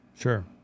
Sure